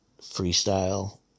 freestyle